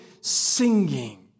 singing